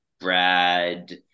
Brad